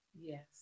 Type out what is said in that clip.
Yes